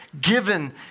given